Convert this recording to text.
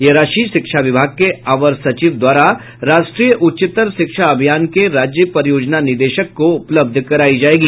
यह राशि शिक्षा विभाग के अवर सचिव द्वारा राष्ट्रीय उच्चतर शिक्षा अभियान के राज्य परियोजना निदेशक को उपलब्ध करायी जायेगी